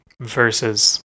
Versus